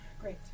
Great